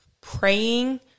praying